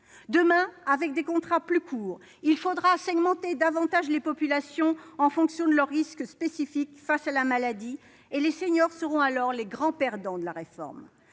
Demain, avec des contrats plus courts, il faudra segmenter davantage les populations en fonction de leurs risques spécifiques face à la maladie, et les seniors seront alors les grands perdants de la réforme.